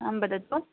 आं वदतु